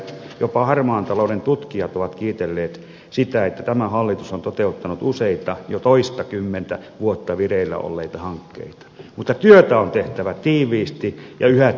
jopa harmaan talouden tutkijat ovat kiitelleet sitä että tämä hallitus on toteuttanut useita jo toistakymmentä vuotta vireillä olleita hankkeita mutta työtä on tehtävä tiiviisti ja yhä tiiviimmin